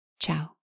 Ciao